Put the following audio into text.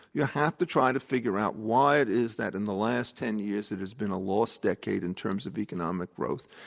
you have to try to figure out why it is that in the last ten years it has been a lost decade in terms of economic growth.